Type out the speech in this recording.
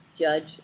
Judge